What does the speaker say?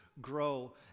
grow